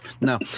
No